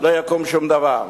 לא יקום שום דבר.